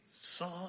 saw